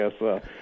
yes